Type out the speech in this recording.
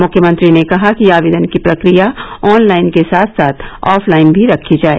मुख्यमंत्री ने कहा कि आवेदन की प्रक्रिया ऑनलाइन के साथ साथ ऑफलाइन भी रखी जाए